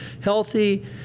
healthy